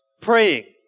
Praying